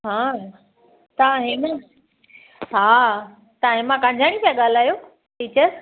हां तव्हां हेमां हा तव्हां हेमां कानजाणी पिया ॻाल्हायो टीचर